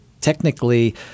technically